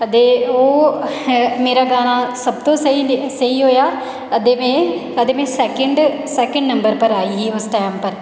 ते ओह् मेरा गाना सब तूं स्हेई होएया अते में अ ते में सैकेंड सैकेंड नंबर पर आई ही उस टाइम